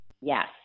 Yes